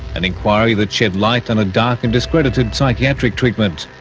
an inquiry that shed light on a dark and discredited psychiatric treatment.